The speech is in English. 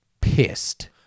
pissed